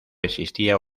existía